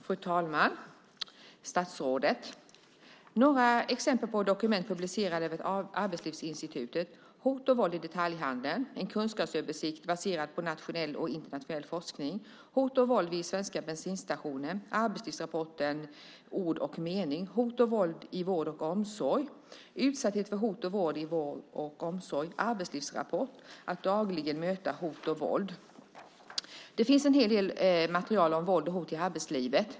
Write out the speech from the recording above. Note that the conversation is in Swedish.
Fru talman! Statsrådet! Här är några exempel på dokument publicerade vid Arbetslivsinstitutet: Hot och våld i detaljhandeln - e n kunskapsöversikt baserad på nationell och internationell forskning , Hot och våld vid svenska bensinstationer , arbetslivsrapporten Ord och mening , Hot och våld i vård och omsorg , Utsatt för hot och våld i vård och omsorg , arbetslivsrapporten Att dagligen möta hot och våld . Det finns en hel del material om våld och hot i arbetslivet.